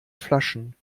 flaschen